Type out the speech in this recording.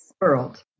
world